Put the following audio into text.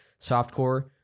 Softcore